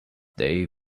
they